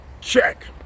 check